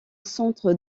centre